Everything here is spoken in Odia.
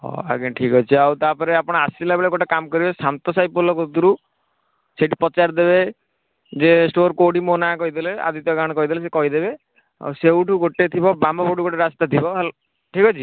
ହଁ ଆଜ୍ଞା ଠିକ ଅଛି ଆଉ ତାପରେ ଆପଣ ଆସିଲା ବେଳେ ଗୋଟେ କାମ କରିବେ ଶାନ୍ତ ସାହି ପୋଲ କତିରୁ ସେଠି ପଚାରି ଦେବେ ଯେ ଷ୍ଟୋର କେଉଁଠି ମୋ ନାଁ କହିଦେଲେ ଆଦିତ୍ୟ ନାରାୟଣ କହିଦେଲେ ସେ କହିଦେବେ ସେଇଠୁ ଗୋଟେ ବାମ ପଟକୁ ଥିବ ରାସ୍ତା ଥିବ ଠିକ ଅଛି